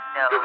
no